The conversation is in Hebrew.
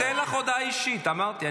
--- אני אתן לך הודעה אישית, אמרתי.